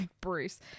Bruce